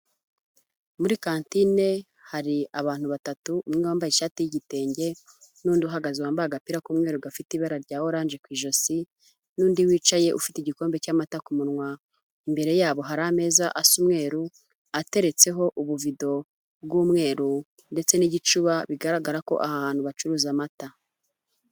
Muri kantine hari abantu 3 umwe wambaye ishati y'igitenge n'undi uhagaze wambaye agapira k'umweru gafite ibara rya orange ku ijosi n'undi wicaye ufite igikombe cy'amata ku munwa imbere yabo hari ameza asa umweru ateretseho ubuvido bw'umweru ndetse n'igicuba bigaragara ko aha bacuruza amata.